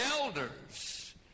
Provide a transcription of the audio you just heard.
elders